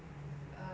eat